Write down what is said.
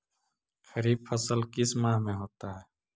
खरिफ फसल किस माह में होता है?